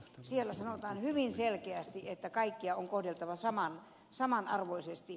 siellä sanotaan hyvin selkeästi että kaikkia on kohdeltava samanarvoisesti